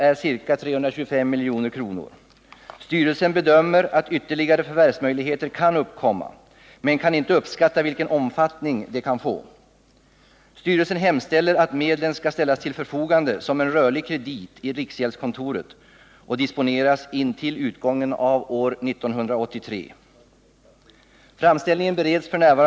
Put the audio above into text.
I skrivelse den 14 september 1978 begär lantbruksstyrelsen att 325 milj.kr. ställs till styrelsens förfogande såsom en rörlig kredit hos riksgäldskontoret så att aktuella förvärv kan fullföljas.